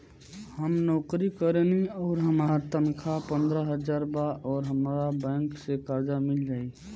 हम नौकरी करेनी आउर हमार तनख़ाह पंद्रह हज़ार बा और हमरा बैंक से कर्जा मिल जायी?